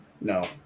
No